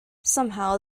somehow